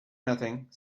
nothing